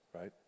right